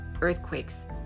earthquakes